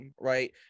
right